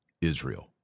Israel